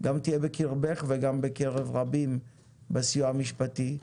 גם תהיה בקרבך וגם בקרב רבים בסיוע המשפטי,